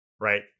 Right